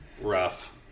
rough